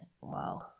wow